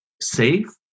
safe